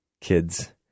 kids